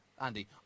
Andy